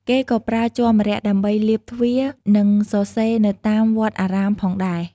គេក៏ប្រើជ័រម្រ័ក្សណ៍ដើម្បីលាបទ្វារ និងសរសេរនៅតាមវត្តអារាមផងដែរ។